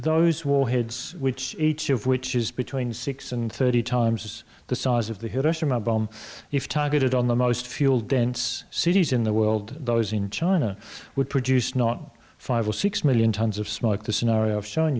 those warheads which each of which is between six and thirty times the size of the hiroshima bomb if targeted on the most fuel dense cities in the world those in china would produce not five or six million tons of smoke the scenario of showing